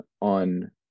on